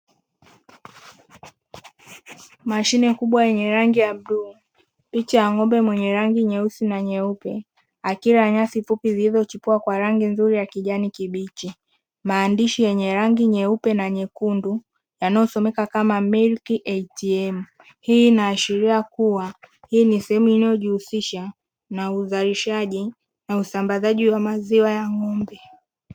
Mashine kubwa yenye rangi ya bluu, picha ya ngombe mwenye rangi nyeusi na nyeupe, akila nyasi fupi zilizochipua kwa rangi nzuri ya kijani kibichi, maandishi yenye rangi nyeupe na nyekundu, yanayosomeka kama “milk ATM”. Hii inaashiria kuwa hii ni sehemu inayojihusisha na uzalishaji na usambazaji wa maziwa ya ngombe.